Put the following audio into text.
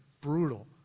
brutal